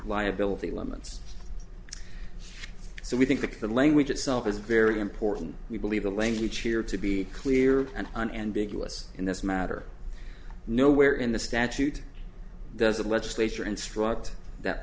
liability limits so we think the language itself is very important we believe the language here to be clear and unambiguous in this matter no where in the statute does the legislature instruct that